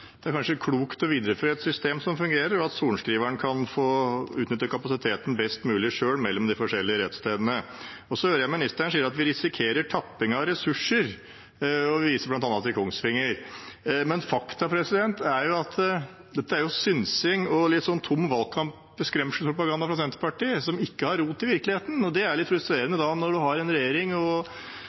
er klokt å videreføre et system som fungerer, og at sorenskriveren selv kan få utnyttet kapasiteten best mulig mellom de forskjellige rettsstedene. Så hører jeg ministeren si at vi risikerer tapping av ressurser, og viser bl.a. til Kongsvinger. Faktum er at dette er synsing og tom valgkampskremselspropaganda fra Senterpartiet som ikke har rot i virkeligheten. Det er litt frustrerende når en har en regjering og